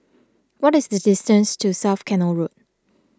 what is the distance to South Canal Road